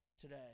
today